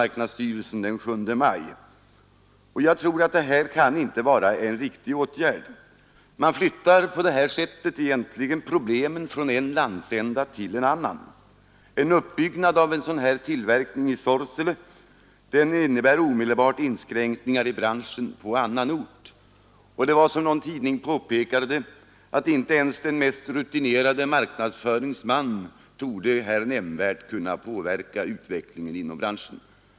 Jag tror inte att denna åtgärd kan vara riktig. Man flyttar på detta sätt problemen från en landsända till en annan. En uppbyggnad av sådan tillverkning i Sorsele innebär omedelbart inskränkningar i branschen på annan ort. Som någon tidning påpekade torde inte ens den mest rutinerade marknadsföringsman nämnvärt kunna påverka utvecklingen inom branschen.